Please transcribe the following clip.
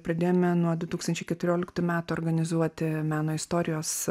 pradėjome nuo du tūkstančiai keturioliktų metų organizuoti meno istorijos